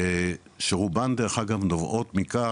שרובן דרך אגב נובעות מכך,